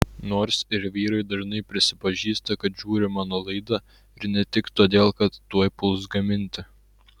nors ir vyrai dažnai prisipažįsta kad žiūri mano laidą ir ne tik todėl kad tuoj puls gaminti